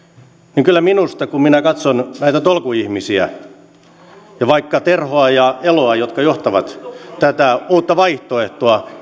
niin kyllä minusta kun minä katson näitä tolkun ihmisiä ja vaikka terhoa ja eloa jotka johtavat tätä uutta vaihtoehtoa